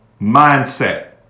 mindset